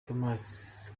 thomas